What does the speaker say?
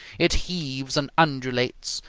it heaves and undulates,